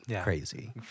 Crazy